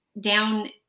down